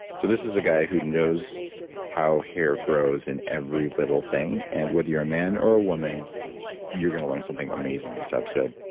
so this is a guy who knows how hair grows in every little thing. and whether you're a man or a woman you're going to learn something amazing in this episode.